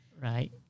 right